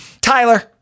tyler